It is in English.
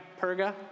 Perga